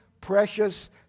precious